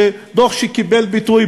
דוח שקיבל ביטוי,